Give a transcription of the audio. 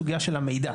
סוגיה של המידע,